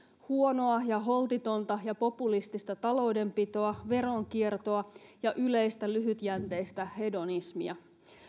huonoa ja holtitonta ja populistista taloudenpitoa veronkiertoa ja yleistä lyhytjänteistä hedonismia